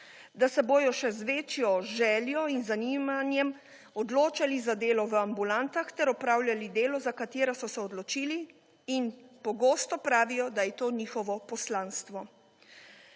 da se bodo še z večjo željo in zanimanjem odločali za delo v ambulantah ter opravljali delo, za katero so se odločili in pogosto pravijo, da je to njihovo poslanstvo.